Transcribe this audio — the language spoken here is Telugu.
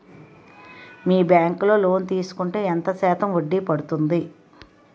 మీ బ్యాంక్ లో లోన్ తీసుకుంటే ఎంత శాతం వడ్డీ పడ్తుంది?